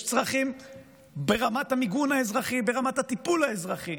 יש צרכים ברמת המיגון האזרחי, ברמת הטיפול האזרחי,